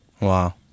Wow